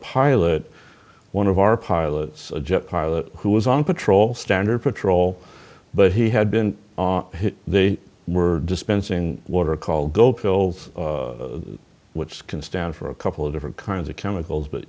pilot one of our pilots a jet pilot who was on patrol standard patrol but he had been hit they were dispensing what are called go pills which can stand for a couple of different kinds of chemicals but